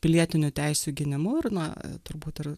pilietinių teisių gynimu ir na turbūt ir